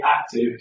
active